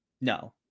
no